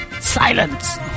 Silence